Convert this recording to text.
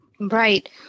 right